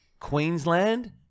Queensland